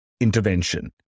intervention